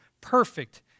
perfect